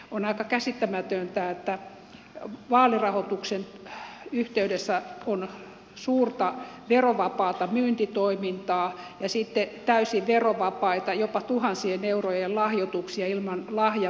on aika käsittämätöntä että vaalirahoituksen yhteydessä on suurta verovapaata myyntitoimintaa ja sitten täysin verovapaita jopa tuhansien eurojen lahjoituksia ilman lahjaverotusta